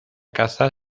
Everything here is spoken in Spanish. caza